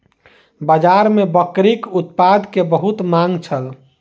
बाजार में बकरीक उत्पाद के बहुत मांग छल